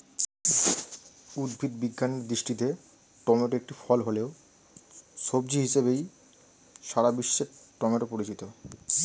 উদ্ভিদ বিজ্ঞানের দৃষ্টিতে টমেটো একটি ফল হলেও, সবজি হিসেবেই সারা বিশ্বে টমেটো পরিচিত